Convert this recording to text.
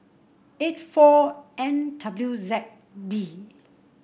eight four N W Z D